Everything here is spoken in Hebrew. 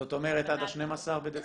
זאת אומרת עד ה-12 בדצמבר?